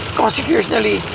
constitutionally